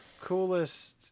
coolest